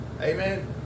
Amen